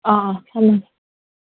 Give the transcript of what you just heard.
ꯑꯥ ꯑꯥ ꯊꯝꯃꯦ